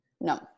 No